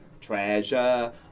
Treasure